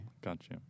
Gotcha